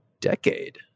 decade